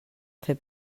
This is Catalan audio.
fer